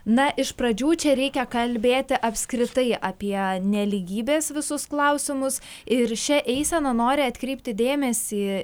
na iš pradžių čia reikia kalbėti apskritai apie nelygybės visus klausimus ir šia eisena nori atkreipti dėmesį